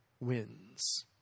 wins